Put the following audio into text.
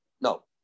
No